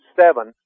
seven